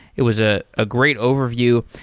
it was a ah great overview.